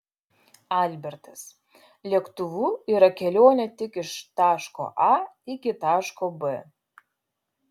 albertas lėktuvu yra kelionė tik iš taško a iki taško b